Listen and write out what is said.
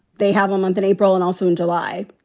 they have a month in april and also in july.